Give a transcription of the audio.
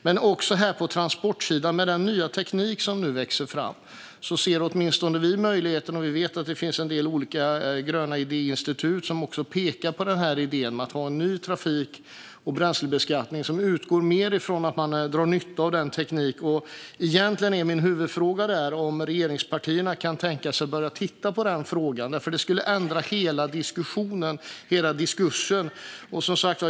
Vad gäller transportsidan: Med den nya teknik som växer fram ser vi, och även en del gröna idéinstitut, att en ny trafik och bränslebeskattning är möjlig. Kan regeringspartierna tänka sig att börja titta på denna fråga? Det skulle ändra hela diskursen.